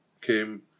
came